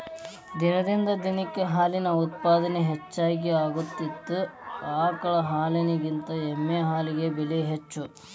ದಿನದಿಂದ ದಿನಕ್ಕ ಹಾಲಿನ ಉತ್ಪಾದನೆ ಹೆಚಗಿ ಆಗಾಕತ್ತತಿ ಆಕಳ ಹಾಲಿನಕಿಂತ ಎಮ್ಮಿ ಹಾಲಿಗೆ ಬೆಲೆ ಹೆಚ್ಚ